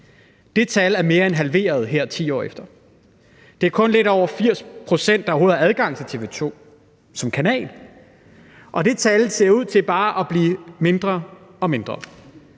Det tal er mere end halveret her 10 år efter. Det er kun lidt over 80 pct., der overhovedet har adgang til TV 2 som kanal, og det tal ser ud til bare at blive mindre og mindre.